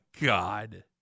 God